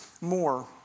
more